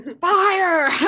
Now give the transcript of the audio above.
fire